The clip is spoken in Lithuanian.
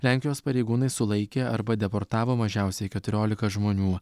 lenkijos pareigūnai sulaikė arba deportavo mažiausiai keturiolika žmonių